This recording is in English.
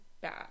bad